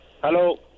hello